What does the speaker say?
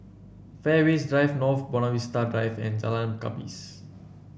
Fairways Drive North Buona Vista Drive and Jalan Gapis